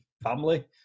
family